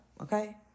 Okay